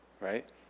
right